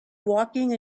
walking